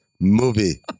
movie